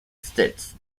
states